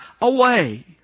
away